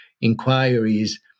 inquiries